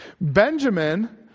Benjamin